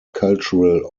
cultural